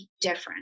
different